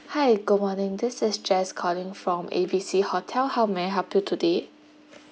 hi good morning this is jess calling from A B C hotel how may I help you today